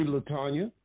LaTanya